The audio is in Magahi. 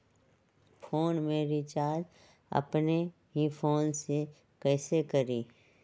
फ़ोन में रिचार्ज अपने ही फ़ोन से कईसे करी?